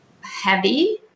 heavy